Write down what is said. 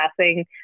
passing